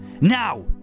NOW